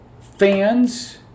fans